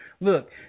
look